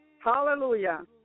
Hallelujah